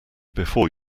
before